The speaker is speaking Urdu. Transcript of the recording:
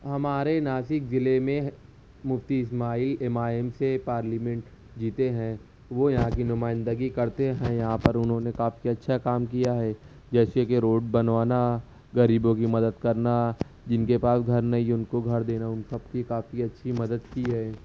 ہمارے ناسک ضلعے میں Mufti Ismail M I M سے پارلیمنٹ جیتے ہیں وہ یہاں کی نمائندگی کرتے ہیں یہاں پر انہوں نے کافی اچھا کام کیا ہے جیسے کہ روڈ بنوانا غریبوں کی مدد کرنا جن کے پاس گھر نہیں ہے ان کو گھر دینا ان سب کی کافی اچھی مدد کی ہے